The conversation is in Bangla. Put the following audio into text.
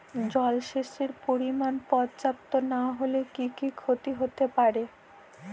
জলসেচের পরিমাণ পর্যাপ্ত না হলে কি কি ক্ষতি হতে পারে?